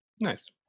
nice